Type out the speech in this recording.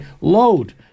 load